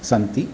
सन्ति